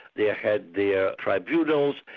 they had their tribunals,